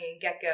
gecko